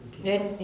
you can